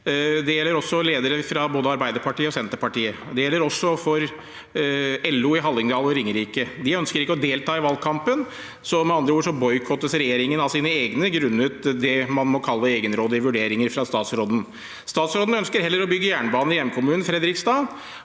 Det gjelder også ledere fra både Arbeiderpartiet og Senterpartiet. Det gjelder også for LO i Hallingdal og på Ringerike. De ønsker ikke å delta i valgkampen. Så med andre ord boikottes regjeringen av sine egne grunnet det man må kalle egenrådige vurderinger fra statsråden. Statsråden ønsker heller å bygge jernbane i hjemkommunen Fredrikstad,